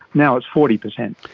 now it's forty percent.